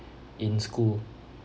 in school